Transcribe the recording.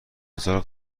ازار